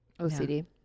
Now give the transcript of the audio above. OCD